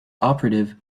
operative